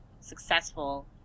successful